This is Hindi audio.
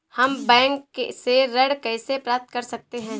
हम बैंक से ऋण कैसे प्राप्त कर सकते हैं?